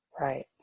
Right